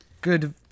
good